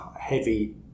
heavy